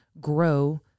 grow